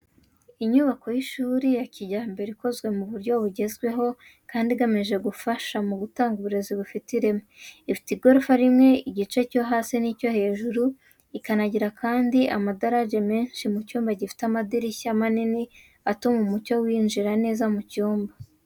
Inyubako y’ishuri ya kijyambere ikozwe mu buryo bugezweho kandi igamije gufasha mu gutanga uburezi bufite ireme. Ifite igorofa rimwe igice cyo hasi n’icyo hejuru ikanagira kandi amadarage menshi buri cyumba gifite amadirishya manini atuma umucyo winjira neza mu cyumba.